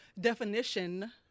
Definition